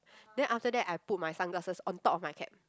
then after that I put my sunglasses on top of my cap